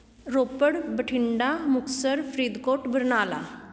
Ropar Bathinda Muktsar Faridkot Barnala